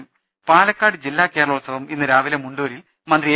രുമാണ്ട് ദേശ പാലക്കാട് ജില്ലാ കേരളോത്സവം ഇന്ന് രാവിലെ മുണ്ടൂരിൽ മന്ത്രി എ